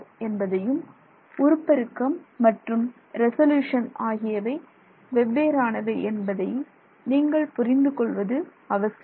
என்பதையும் உருப்பெருக்கம் மற்றும் ரெசொல்யூசன் ஆகியவை வெவ்வேறானவை என்பதை நீங்கள் புரிந்து கொள்வது அவசியம்